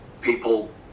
people